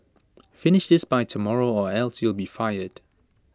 finish this by tomorrow or else you'll be fired